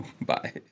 Bye